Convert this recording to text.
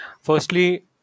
Firstly